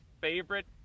favorite